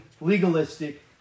legalistic